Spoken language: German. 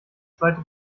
zweite